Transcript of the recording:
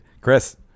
Chris